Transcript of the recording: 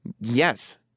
Yes